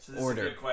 order